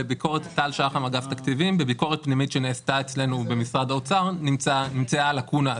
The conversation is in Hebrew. בביקורת פנימית שנעשתה אצלנו במשרד האוצר נמצאה הלקונה הזאת.